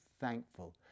thankful